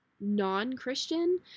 non-Christian